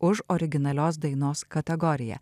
už originalios dainos kategoriją